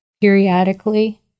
Periodically